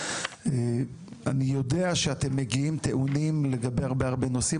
אני יודע שאתם מגיעים טעונים לגבי הרבה נושאים,